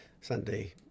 Sunday